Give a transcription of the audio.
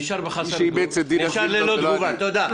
נשאר ללא תגובה, תודה.